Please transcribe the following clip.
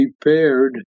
prepared